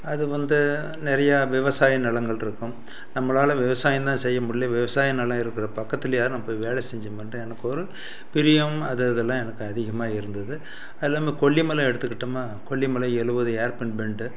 அது வந்து நிறையா விவசாய நிலங்கள் இருக்கும் நம்மளால விவசாயம் தான் செய்ய முடியல விவசாய நிலம் இருக்கிற பக்கத்துலேயாவது நம்ம போய் வேலை செஞ்சோம் என்டா எனக்கு ஒரு பிரியம் அது இதெல்லாம் எனக்கு அதிகமாக இருந்தது அது இல்லாமல் கொல்லிமலை எடுத்துக்கிட்டோம்னா கொல்லிமலை எழுபது ஏற்பேன் பெண்டு